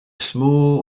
small